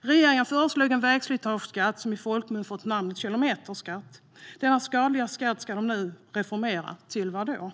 Regeringen har föreslagit en vägslitageskatt, som i folkmun kallas kilometerskatt. Denna skadliga skatt ska nu reformeras - till vad?